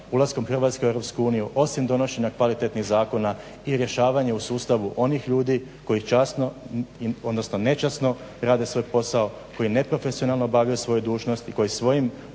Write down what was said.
ulaskom Hrvatske u Europsku uniju osim donošenja kvalitetnih zakona i rješavanje u sustavu onih ljudi koji nečasno rade svoj posao, koji neprofesionalno obavljaju svoju dužnost i koji svojim